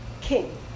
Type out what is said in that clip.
king